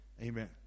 amen